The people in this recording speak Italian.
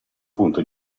punto